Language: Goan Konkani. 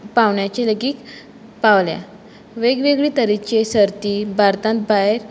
पांवड्याचेर लेगीत पावल्या वेग वेगळे तरेची सर्ती भारता भायर